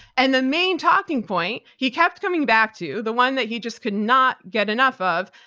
and the main talking point he kept coming back to, the one that he just could not get enough of,